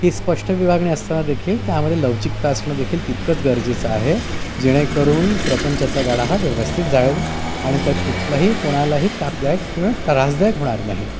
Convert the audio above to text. ही स्पष्ट विभगणी असताना देखील त्यामध्ये लवचिकता असणं देखील तितकंच गरजेचं आहे जेणेकरून प्रपंचाचा गाडा हा व्यवस्थित जाईल आणि त्यात कुठलाही कोणालाही तापदायक किंवा त्रासदायक होणार नाही